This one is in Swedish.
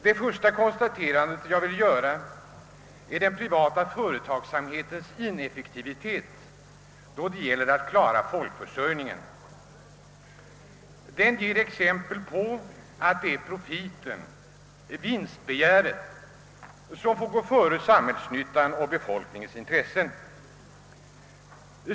Det första konstaterandet jag vill göra är den privata företagsamhetens ineffektivitet då det gäller att klara folkförsörjningen. Den ger exempel på att det är profiten, vinstbegäret, som får gå före samhällsnyttan och befolkningens intressen.